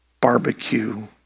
barbecue